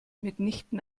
mitnichten